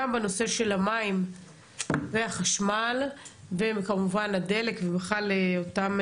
גם בנושא של המים והחשמל וכמובן הדלק ובכלל אותם